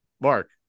Mark